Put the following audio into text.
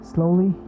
Slowly